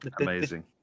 Amazing